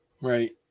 Right